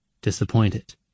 Disappointed